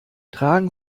tragen